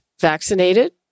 vaccinated